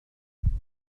يمكنني